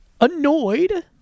annoyed